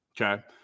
okay